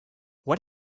what